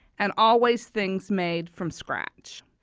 and always things made from scratch.